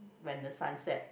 when the sun set